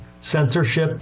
censorship